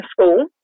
school